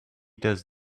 does